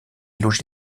loger